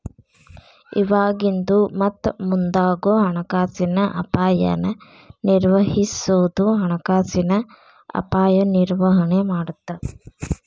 ಇವಾಗಿಂದು ಮತ್ತ ಮುಂದಾಗೋ ಹಣಕಾಸಿನ ಅಪಾಯನ ನಿರ್ವಹಿಸೋದು ಹಣಕಾಸಿನ ಅಪಾಯ ನಿರ್ವಹಣೆ ಮಾಡತ್ತ